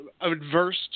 adverse